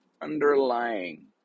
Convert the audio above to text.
underlying